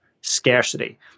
scarcity